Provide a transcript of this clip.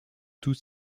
toute